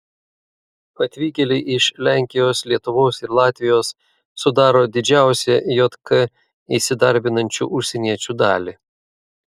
atvykėliai iš lenkijos lietuvos ir latvijos sudaro didžiausią jk įsidarbinančių užsieniečių dalį